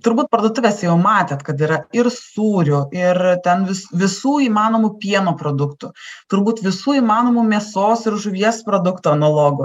turbūt parduotuvėse jau matėt kad yra ir sūrių ir ten vis visų įmanomų pieno produktų turbūt visų įmanomų mėsos ir žuvies produktų analogų